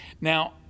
now